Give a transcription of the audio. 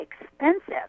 expensive